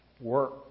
work